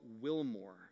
Wilmore